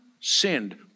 sinned